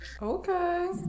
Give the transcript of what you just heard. Okay